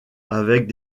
avec